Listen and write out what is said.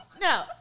No